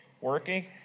Working